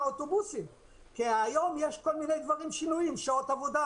האוטובוסים כי היום יש כל מיני שינויים שעות עבודה,